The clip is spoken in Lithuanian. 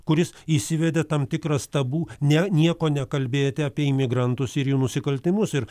kuris įsivedė tam tikras tabu ne nieko nekalbėti apie imigrantus ir jų nusikaltimus ir